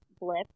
blip